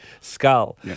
skull